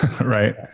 right